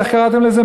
איך קראתם לזה?